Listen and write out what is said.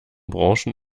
branchen